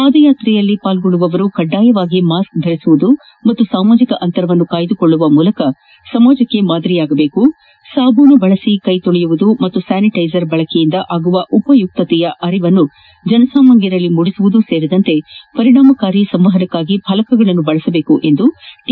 ಪಾದಯಾತ್ರೆಯಲ್ಲಿ ಭಾಗವಹಿಸುವವರು ಕಡ್ಡಾಯವಾಗಿ ಮಾಸ್ಕ್ ಧರಿಸುವುದು ಮತ್ತು ಸಾಮಾಜಕ ಅಂತರವನ್ನು ಕಾಯ್ದಕೊಳ್ಳುವ ಮೂಲಕ ಸಮಾಜಕ್ಕೆ ಮಾದರಿಯಾಗಬೇಕು ಸಾಬೂನಿನಿಂದ ಕೈ ತೊಳೆಯುವಿಕೆ ಹಾಗೂ ಸ್ನಾನಿಟ್ಟೆಸರ್ ಬಳಕೆಯಿಂದ ಆಗುವ ಉಪಯುಕ್ತತೆಯ ಅರಿವನ್ನ ಜನಸಾಮಾನ್ನರಲ್ಲಿ ಮೂಡಿಸುವುದು ಸೇರಿದಂತೆ ಪಂಣಾಮಕಾರಿ ಸಂವಹನಕಾಗಿ ಫಲಕಗಳನ್ನು ಬಳಸದೇಕು ಎಂದು ಟಿ